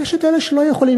אבל יש את אלה שלא יכולים,